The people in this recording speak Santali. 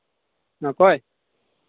ᱚᱠᱚᱭ